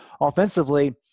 Offensively